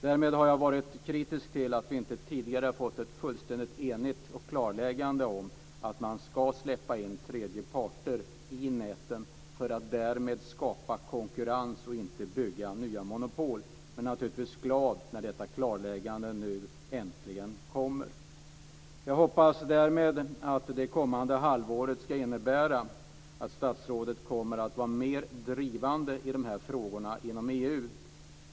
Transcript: Därmed har jag varit kritisk till att vi inte tidigare fått ett fullständigt enigt klarläggande om att man ska släppa in tredje parter i näten för att därmed skapa konkurrens och inte bygga nya monopol. Jag är naturligtvis glad när detta klarläggande nu äntligen kommer. Jag hoppas att det kommande halvåret ska innebära att statsrådet kommer att vara mer drivande i dessa frågor inom EU.